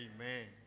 Amen